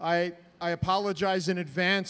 i i apologize in advance